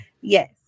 Yes